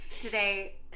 Today